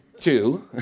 two